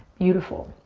beautiful.